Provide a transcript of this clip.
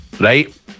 right